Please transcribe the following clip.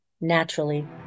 naturally